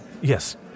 Yes